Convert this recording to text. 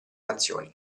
nazioni